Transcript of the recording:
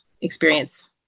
experience